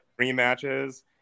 Rematches